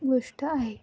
गोष्ट आहे